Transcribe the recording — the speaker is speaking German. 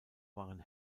waren